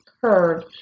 curve